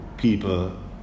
people